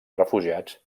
refugiats